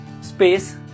Space